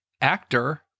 actor